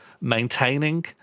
maintaining